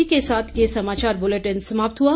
इसी के साथ ये समाचार ब्लेटिन समाप्त हुआ